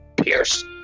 pierce